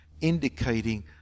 indicating